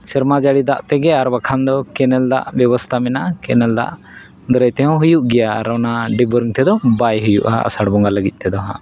ᱥᱮᱨᱢᱟ ᱡᱟᱹᱲᱤ ᱫᱟᱜ ᱛᱮᱜᱮ ᱟᱨ ᱵᱟᱷᱟᱱ ᱫᱚ ᱠᱮᱱᱮᱞ ᱫᱟᱜ ᱵᱮᱵᱚᱥᱛᱷᱟ ᱢᱮᱱᱟᱜᱼᱟ ᱠᱮᱱᱮᱞ ᱫᱟᱜ ᱫᱟᱨᱟᱭ ᱛᱮᱦᱚᱸ ᱦᱩᱭᱩᱜ ᱜᱮᱭᱟ ᱟᱨ ᱚᱱᱟ ᱰᱤᱯ ᱵᱳᱨᱤᱝ ᱛᱮᱫᱚ ᱵᱟᱭ ᱦᱩᱭᱩᱜᱼᱟ ᱟᱥᱟᱲ ᱵᱚᱸᱜᱟ ᱞᱟᱹᱜᱤᱫ ᱛᱮᱫᱚ ᱦᱟᱸᱜ